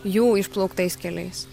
jų išplauktais keliais